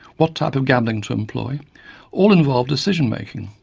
what type of gambling to employ all involve decision making,